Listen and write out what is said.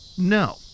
No